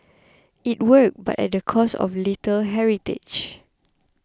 it worked but at the cost of a little heritage